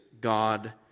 God